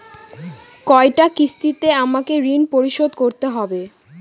কয়টা কিস্তিতে আমাকে ঋণ পরিশোধ করতে হবে?